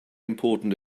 important